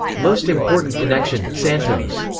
most important connection santos.